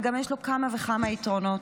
וגם יש לו כמה וכמה יתרונות.